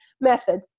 method